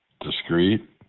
discreet